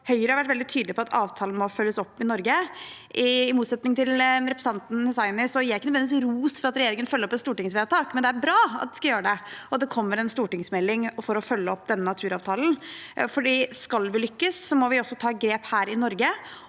Høyre har vært veldig tydelig på at avtalen må følges opp i Norge. I motsetning til representanten Hussaini gir jeg ikke nødvendigvis ros for at regjeringen følger opp et stortingsvedtak, men det er bra at de skal gjøre det, og at det kommer en stortingsmelding for å følge opp denne naturavtalen. Skal vi lykkes, må vi også ta grep her i Norge.